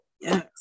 Yes